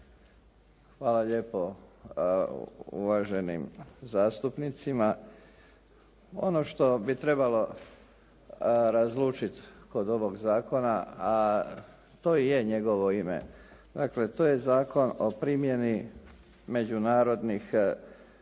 Hvala lijepo uvaženim zastupnicima. Ono što bi trebalo razlučiti kod ovog zakona, a to je njegovo ime. Dakle, to je Zakon o primjeni međunarodnih